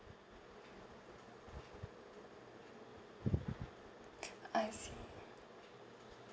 I see